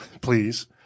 please